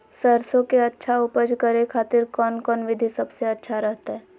सरसों के अच्छा उपज करे खातिर कौन कौन विधि सबसे अच्छा रहतय?